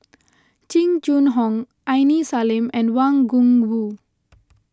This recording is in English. Jing Jun Hong Aini Salim and Wang Gungwu